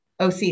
OC